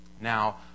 Now